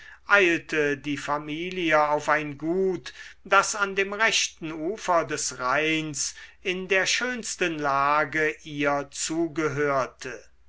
eilte die familie auf ein gut das an dem rechten ufer des rheins in der schönsten lage ihr zugehörte